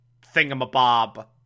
thingamabob